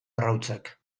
arrautzak